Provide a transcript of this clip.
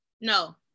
No